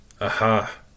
Aha